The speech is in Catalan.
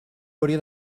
hauria